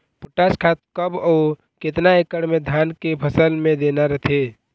Potash खाद कब अऊ केतना एकड़ मे धान के फसल मे देना रथे?